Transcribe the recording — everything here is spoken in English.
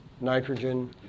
nitrogen